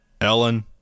Ellen